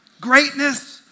Greatness